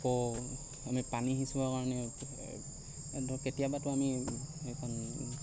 আকৌ আমি পানী সিঁচিবৰ কাৰণে ধৰক কেতিয়াবাতো আমি এইখন